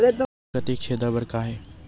धान के तनक छेदा बर का हे?